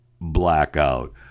blackout